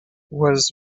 was